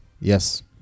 Yes